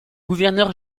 gouverneur